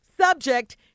Subject